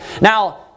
Now